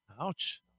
Ouch